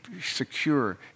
secure